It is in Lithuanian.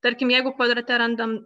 tarkim jeigu kvadrate randam